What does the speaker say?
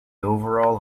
overall